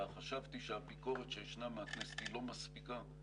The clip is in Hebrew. חשבתי שהביקורת שישנה מהכנסת לא מספיקה,